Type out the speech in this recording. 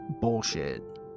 bullshit